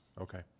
Okay